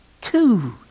Two